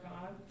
God